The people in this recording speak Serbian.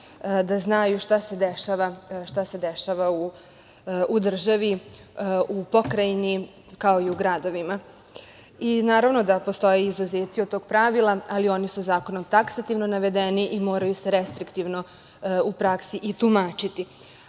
da znaju šta se dešava u državi, u pokrajini, kao i u gradovima. Naravno da postoje izuzeci od tog pravila, ali oni su zakonom taksativno navedeni i moraju se restriktivno u praksi i tumačiti. Čak,